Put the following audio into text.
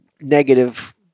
negative